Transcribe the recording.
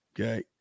Okay